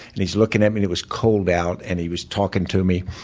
and he's looking at me and it was cold out, and he was talking to me.